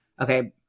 okay